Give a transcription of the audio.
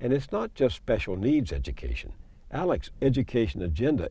and it's not just special needs education alex education agenda